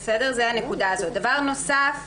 דבר נוסף,